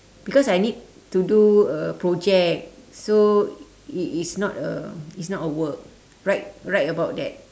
because I need to do a project so it is not a it's not a work write write about that